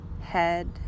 head